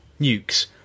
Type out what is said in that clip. nukes